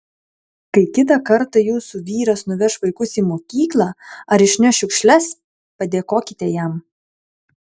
kai kitą kartą jūsų vyras nuveš vaikus į mokyklą ar išneš šiukšles padėkokite jam